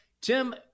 Tim